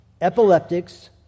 epileptics